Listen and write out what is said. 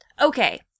okay